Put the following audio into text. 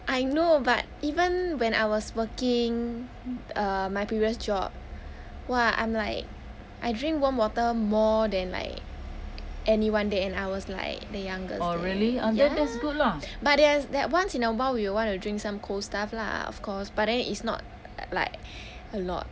I know but even when I was working err my previous job !wah! I'm like I drink warm water more than like anyone there and I was like the youngest there ya but ther~ that once in a while we will want to drink some cold stuff lah of course but then it's not like a lot